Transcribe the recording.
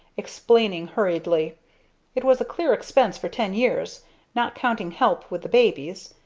explaining hurriedly it was a clear expense for ten years not counting help with the babies.